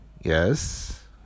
Yes